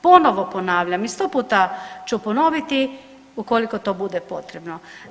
Ponovo ponavljam i 100 puta ću ponoviti ukoliko to bude potrebno.